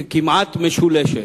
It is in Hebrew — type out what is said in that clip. כמעט משולשת,